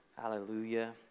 hallelujah